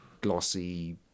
glossy